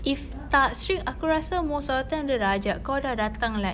if tak strict aku rasa most of the time dia sudah ajak kau sudah datang like